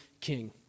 king